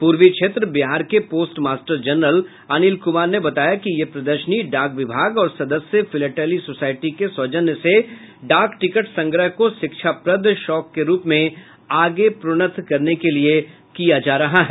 पूर्वी क्षेत्र बिहार के post master general Anil Kumar ने बताया कि यह प्रदर्शनी डाक विभाग और सदस्य फिलैटली सोसायटी के सौजन्य से डाक टिकट संग्रह को शिक्षाप्रद शौक के रूप में आगे प्रोन्नत करने के लिये किया जा रहा है